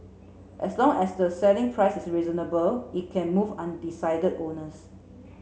as long as the selling price is reasonable it can move undecided owners